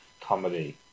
comedy